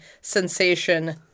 sensation